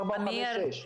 ארבע או חמש ושש.